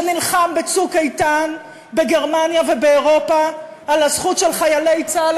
שנלחם ב"צוק איתן" בגרמניה ובאירופה על הזכות של חיילי צה"ל,